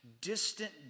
distant